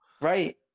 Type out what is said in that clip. right